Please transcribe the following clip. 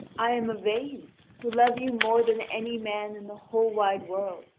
i am yvain, who love you more than any man in the whole wide world,